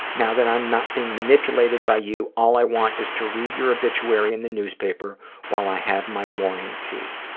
now that i'm not being manipulated by you, all i want is to read your obituary in the newspaper while i have my morning tea.